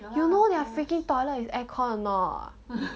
you know their freaking toilet is aircon or not